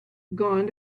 gone